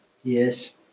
Yes